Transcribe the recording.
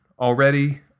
already